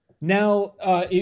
Now